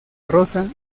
rosa